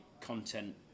content